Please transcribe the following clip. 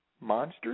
Monsters